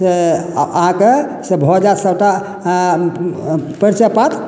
से अहाँके से भऽ जाएत सबटा परिचय पात